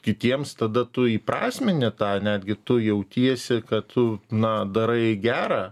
kitiems tada tu įprasmini tą netgi tu jautiesi kad tu na darai gera